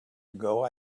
ago